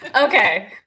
Okay